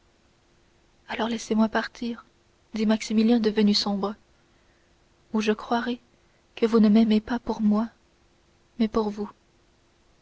alors laissez-moi partir dit maximilien devenu sombre ou je croirai que vous ne m'aimez pas pour moi mais pour vous